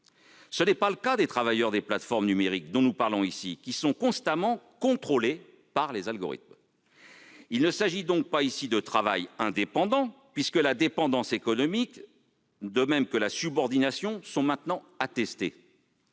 Ce n'est pas le cas des travailleurs des plateformes numériques dont nous parlons, qui sont constamment contrôlés par les algorithmes. Il ne s'agit donc pas de travail indépendant, puisque la dépendance économique et la subordination sont à présent attestées.